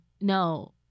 no